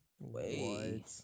Wait